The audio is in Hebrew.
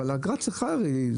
אבל אגרה צריכה הרי,